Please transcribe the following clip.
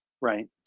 right